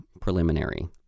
preliminary